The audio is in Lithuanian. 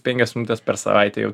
penkias minutes per savaitę jau